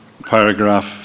paragraph